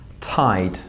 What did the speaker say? Tide